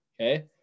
okay